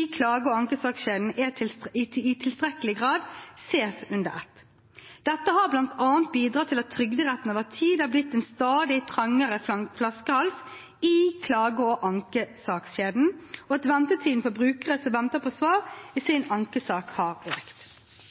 i klage- og ankesakskjeden i tilstrekkelig grad ses under ett. Dette har bl.a. bidratt til at Trygderetten over tid er blitt en stadig trangere flaskehals i klage- og ankesakskjeden, og at ventetiden for brukere som venter på svar i sin ankesak, har